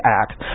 act